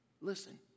listen